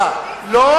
לא,